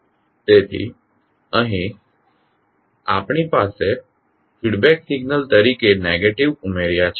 તેથી અહીં આપણે ફીડબેક સિગ્નલ તરીકે નેગેટીવ ઉમેર્યા છે